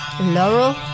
Laurel